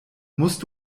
musst